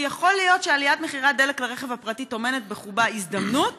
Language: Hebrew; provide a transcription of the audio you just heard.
כי יכול להיות שעליית מחירי הדלק לרכב הפרטי טומנת בחובה הזדמנות